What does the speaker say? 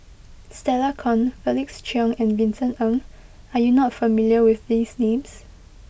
Stella Kon Felix Cheong and Vincent Ng are you not familiar with these names